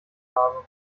habe